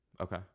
Okay